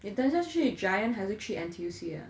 你等一下去 Giant 还是去 N_T_U_C ah